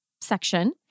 section